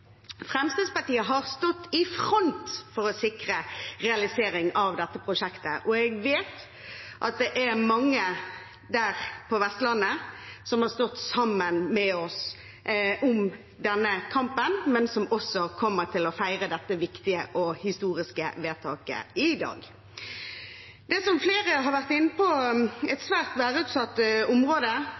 Fremskrittspartiet har stått i front for å sikre realisering av dette prosjektet, og jeg vet at det er mange på Vestlandet som har stått sammen med oss i denne kampen, og som også kommer til å feire dette viktige og historiske vedtaket i dag. Det er, som flere har vært inne på, et svært værutsatt område